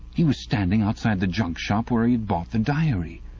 he was standing outside the junk-shop where he had bought the diary.